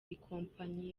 ikompanyi